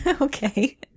Okay